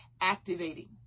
activating